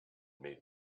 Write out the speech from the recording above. made